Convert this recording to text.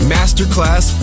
Masterclass